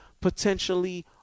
potentially